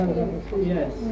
Yes